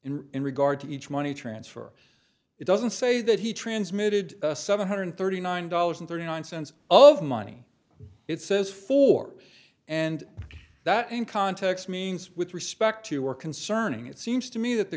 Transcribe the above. in in regard to each money transfer it doesn't say that he transmitted seven hundred thirty nine dollars and thirty nine cents of money it says for and that in context means with respect to are concerning it seems to me that the